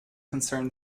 concern